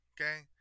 Okay